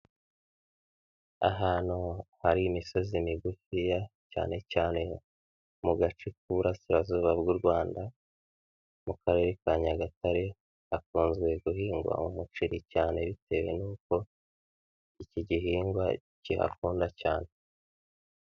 Ahantu hari imisozi migufiya cyane cyane mu gace k'Uburasirazuba bw'u Rwanda, mu Karere ka Nyagatare, hakunzwe guhingwa umuceri cyane bitewe n'uko iki gihingwa kihakunda cyane.